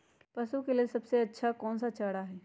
पशु के लेल सबसे अच्छा कौन सा चारा होई?